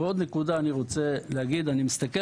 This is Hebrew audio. ועוד נקודה אני רוצה לומר אני מסתכל